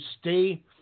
stay